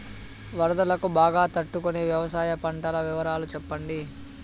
వరదలకు బాగా తట్టు కొనే వ్యవసాయ పంటల వివరాలు చెప్పండి?